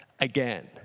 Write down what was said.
again